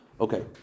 Okay